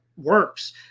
works